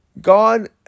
God